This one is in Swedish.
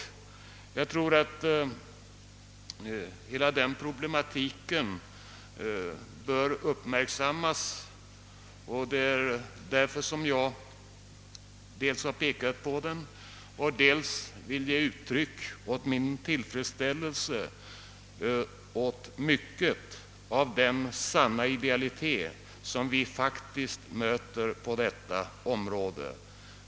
Jag tror att hela denra problematik bör uppmärksammas, och det är därför som jag dels har pekat på den och dels vill ge uttryck åt min tillfredsställelse över mycket av den sanna idealitet som vi faktiskt möter på detta område.